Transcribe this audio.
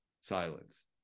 silence